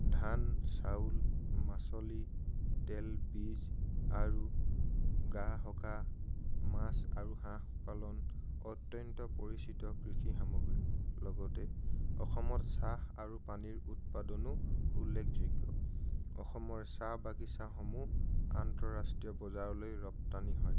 ধান চাউল মাচলি তেল বীজ আৰু গা সকা মাছ আৰু হাঁহ পালন অত্যন্ত পৰিচিত কৃষি সামগ্ৰী লগতে অসমত চাহ আৰু পানীৰ উৎপাদনো উল্লেখযোগ্য অসমৰ চাহ বাগিচাসমূহ আন্তঃৰাষ্ট্ৰীয় বজাৰলৈ ৰপ্তানি হয়